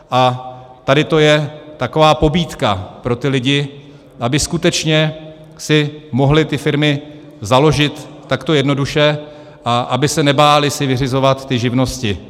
A tady to je taková pobídka pro lidi, aby si skutečně mohli ty firmy založit takto jednoduše a aby se nebáli si vyřizovat živnosti.